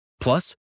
Plus